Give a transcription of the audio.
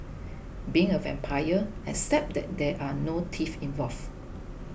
being a vampire except that there are no teeth involved